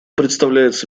представляется